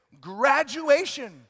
Graduation